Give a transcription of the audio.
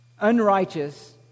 unrighteous